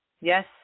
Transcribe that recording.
Yes